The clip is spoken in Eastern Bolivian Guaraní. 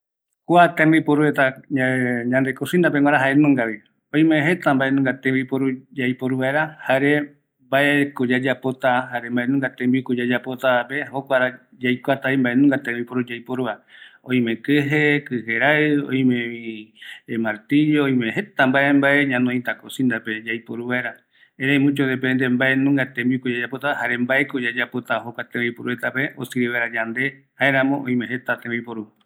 Kuape jaenungavi, öime tembiporureta, yaikuata kiraïyave yaiporutava, mbae tembiko ñañonota pɨpe, kɨje, kɨjeraɨ, martillo, öime jeta mbaeraɨ reta, yaiporu vaera yayapota yave tembiu